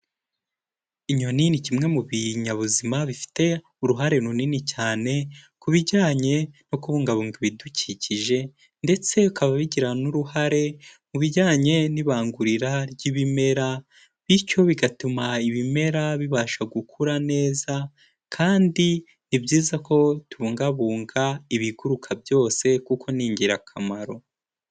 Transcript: Inyoni ni kimwe mu binyabuzima bifite uruhare runini cyane ku bijyanye no kubungabunga ibidukikije ndetse bikaba bigira n'uruhare mu bijyanye n'ibangurira ry'ibimera, bityo bigatuma ibimera bibasha gukura neza kandi ni byiza ko tubungabunga ibiguruka byose kuko ni ingirakamaro.